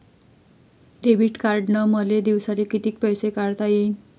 Debit कार्डनं मले दिवसाले कितीक पैसे काढता येईन?